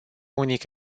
unic